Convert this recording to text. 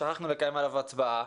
שכחנו לקיים עליו הצבעה,